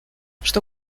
что